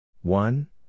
One